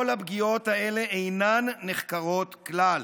כל הפגיעות האלה אינן נחקרות כלל.